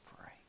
pray